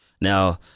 Now